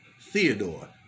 Theodore